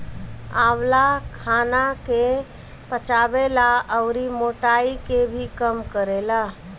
आंवला खाना के पचावे ला अउरी मोटाइ के भी कम करेला